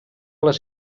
les